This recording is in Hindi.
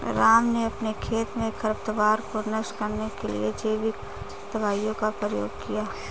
राम ने अपने खेत में खरपतवार को नष्ट करने के लिए जैविक दवाइयों का प्रयोग किया